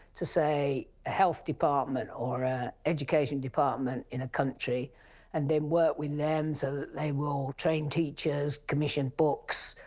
to say a health department or ah education department in a country and then work with them so that they will train teachers, commission books,